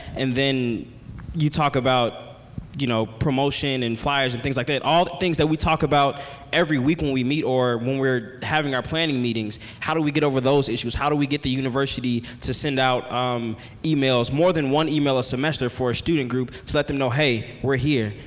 and then you talk about you know promotion and flyers and things like that. all the things that we talk about every week when we meet or when we're having our planning meetings, how do we get over those issues? how do we get the university to send out um emails, more than one email a semester, for a student group to let them know, hey we're here.